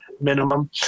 minimum